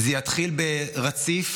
זה יתחיל ברציף,